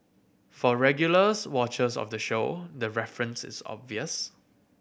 for regulars watchers of the show the reference is obvious